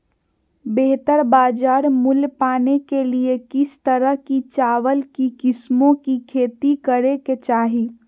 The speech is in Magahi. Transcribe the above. बेहतर बाजार मूल्य पाने के लिए किस तरह की चावल की किस्मों की खेती करे के चाहि?